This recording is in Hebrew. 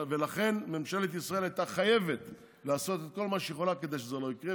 ולכן ממשלת ישראל הייתה חייבת לעשות כל מה שהיא יכולה כדי שזה לא יקרה,